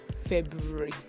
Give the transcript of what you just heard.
February